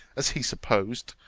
as he supposed,